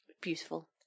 Beautiful